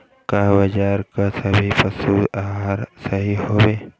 का बाजार क सभी पशु आहार सही हवें?